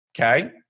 Okay